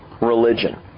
religion